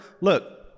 look